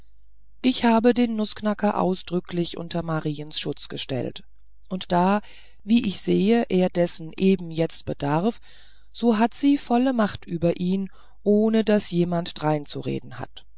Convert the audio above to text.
ich habe den nußknacker ausdrücklich unter mariens schutz gestellt und da wie ich sehe er dessen eben jetzt bedarf so hat sie volle macht über ihn ohne daß jemand dreinzureden hat